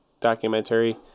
documentary